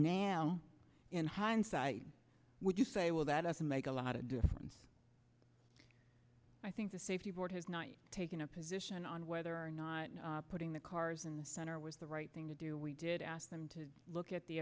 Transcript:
now in hindsight would you say well that doesn't make a lot of difference i think the safety board has not taken a position on whether or not putting the cars in the center was the right thing to do we did ask them to look at the